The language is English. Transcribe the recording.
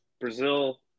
Brazil